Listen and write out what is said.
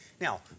Now